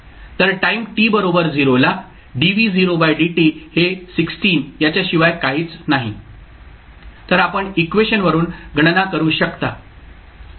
तर time t बरोबर 0 ला हे 16 याच्या शिवाय काहीच नाही तर आपण इक्वेशनवरून गणना करू शकता